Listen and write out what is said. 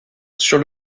sur